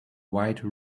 wide